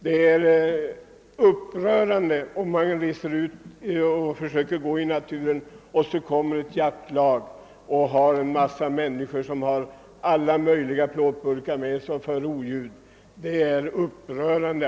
Att den som reser ut för att gå i naturen skall behöva störas av jaktlag med massor av människor, som för oljud med plåtburkar och liknande, är upprörande.